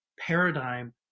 paradigm